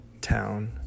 town